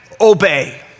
obey